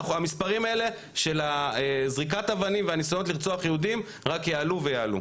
המספרים האלה של זריקת האבנים והניסיון לרצוח יהודים רק יעלו ויעלו.